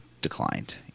declined